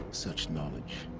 such knowledge.